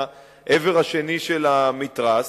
מהעבר השני של המתרס,